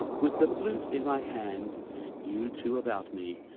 with the flute in my hand, and you two about me